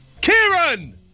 Kieran